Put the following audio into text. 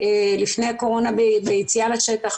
לפני הקורונה ביציאה לשטח,